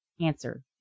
Answer